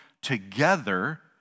together